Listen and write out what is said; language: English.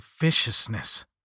viciousness